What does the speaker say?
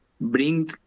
bring